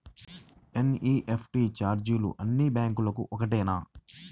NEFT ఛార్జీలు అన్నీ బ్యాంక్లకూ ఒకటేనా?